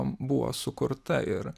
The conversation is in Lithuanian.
buvo sukurta ir